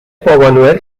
بابانوئل